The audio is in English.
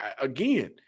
again